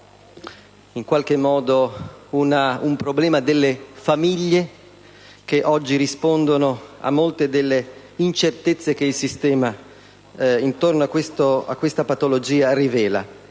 in qualche modo, un problema delle famiglie, che oggi rispondono a molte delle incertezze che il sistema rivela intorno a questa patologia.